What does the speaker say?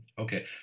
okay